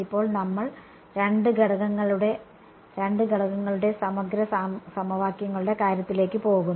ഇപ്പോൾ നമ്മൾ രണ്ട് ഘടകങ്ങളുടെ സമഗ്ര സമവാക്യങ്ങളുടെ കാര്യത്തിലേക്ക് പോകുന്നു